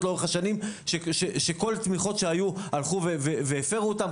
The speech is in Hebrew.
לאורך השנים כשכל תמיכות שהיו הלכו והפרו אותן,